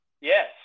Yes